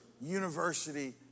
university